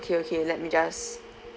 okay okay let me just